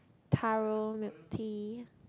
taro milk tea